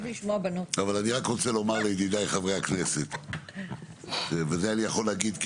אבל אני רק רוצה לומר לידידיי חברי הכנסת וזה אני יכול להגיד,